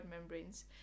membranes